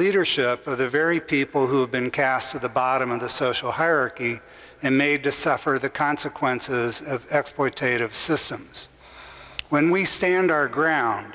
leadership of the very people who have been cast at the bottom of the social hierarchy and made to suffer the consequences of exploitation systems when we stand our ground